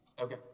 Okay